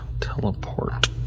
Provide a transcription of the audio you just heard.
Teleport